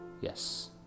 Yes